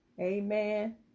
amen